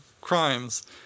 crimes